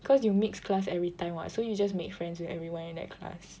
cause you mix class every time [what] so you just make friends with everyone in that class